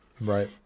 Right